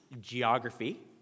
geography